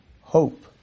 hope